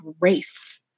race